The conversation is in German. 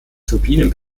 turbinen